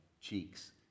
cheeks